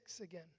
again